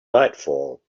nightfall